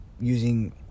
using